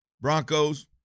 Broncos